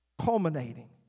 culminating